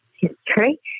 history